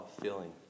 feeling